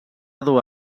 dur